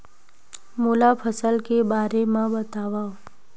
मोला फसल के बारे म बतावव?